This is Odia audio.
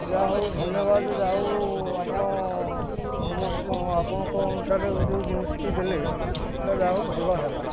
ଯାହା ହେଉ ଧନ୍ୟବାଦ ଯା ହେଉ ଆପଣ ଆପଣଙ୍କ ଅନୁସାରେ ଯୋଉ ଜିନିଷଟି ଦେଲେ ସେଟା ଯାହା ହେଉ ଭଲ ହେଲା